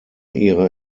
ihre